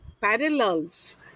parallels